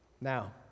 Now